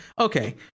okay